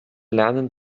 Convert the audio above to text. lernen